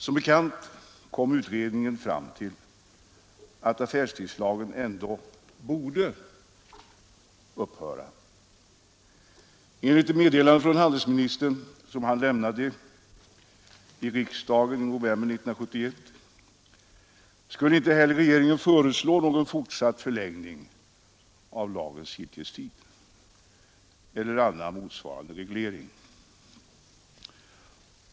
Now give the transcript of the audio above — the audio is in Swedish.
Som bekant kom utredningen fram till att affärstidslagen ändå borde upphöra. Enligt ett meddelande som handelsministern lämnade i riksdagen i november 1971 skulle inte heller regeringen föreslå någon fortsatt förlängning av lagens giltighetstid eller annan motsvarande reglering.